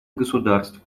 государств